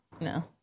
No